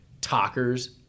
talkers